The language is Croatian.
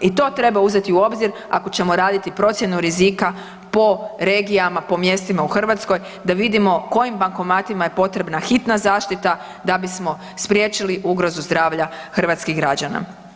I to treba uzeti u obzir ako ćemo raditi procjenu rizika po regijama, po mjestima u Hrvatskoj da vidimo kojim bankomatima je potrebna hitna zaštita da bismo spriječili ugrozu zdravlja hrvatskih građana.